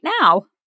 now